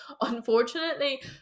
unfortunately